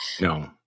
No